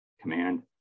Command